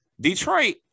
detroit